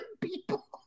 people